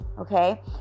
okay